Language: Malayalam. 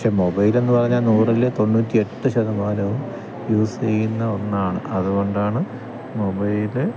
പക്ഷെ മൊബൈലെന്ന് പറഞ്ഞാല് നൂറില് തൊണ്ണൂറ്റി എട്ട് ശതമാനവും യൂസെയ്യുന്ന ഒന്നാണ് അതുകൊണ്ടാണ് മൊബൈല്